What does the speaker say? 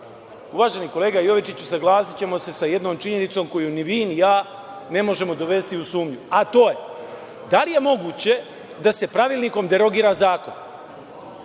dana. Uvaženi kolega Jovičiću, saglasićemo se sa jednom činjenicom koju ni vi ni ja ne možemo dovesti u sumnju, a to je – da li je moguće da se Pravilnikom derogira zakon?